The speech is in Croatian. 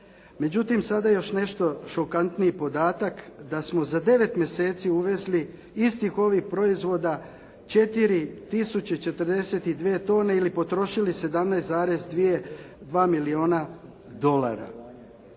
međutim sada još nešto šokantniji podatak da smo za 9 mjeseci uvezi istih ovih proizvoda 4 tisuće 42 tone ili potrošili 17,2 milijuna dolara.